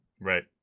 Right